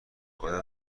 آیا